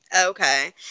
Okay